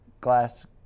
glass